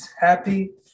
happy